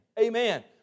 Amen